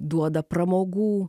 duoda pramogų